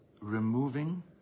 removing